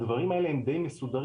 הדברים האלה הם די מסודרים,